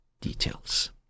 details